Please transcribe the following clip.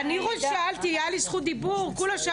אני אומר